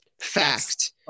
fact